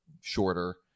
shorter